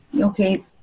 okay